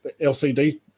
LCD